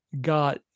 got